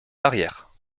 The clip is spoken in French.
l’arrière